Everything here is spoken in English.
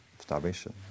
starvation